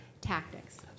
tactics